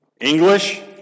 English